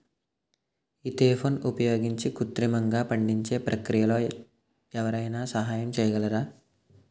ఈథెఫోన్ని ఉపయోగించి కృత్రిమంగా పండించే ప్రక్రియలో ఎవరైనా సహాయం చేయగలరా?